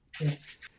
Yes